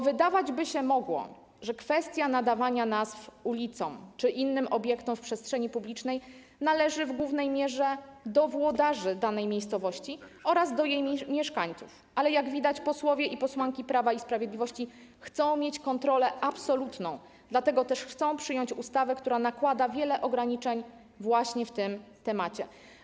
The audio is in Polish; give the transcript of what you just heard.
Wydawać by się mogło, że kwestia nadawania nazw ulicom czy innym obiektom w przestrzeni publicznej należy w głównej mierze do włodarzy danej miejscowości oraz do jej mieszkańców, ale jak widać, posłowie i posłanki Prawa i Sprawiedliwości chcą mieć kontrolę absolutną, dlatego też chcą przyjąć ustawę, która nakłada wiele ograniczeń właśnie w tym temacie.